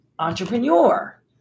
Entrepreneur